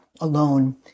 alone